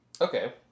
Okay